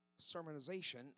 sermonization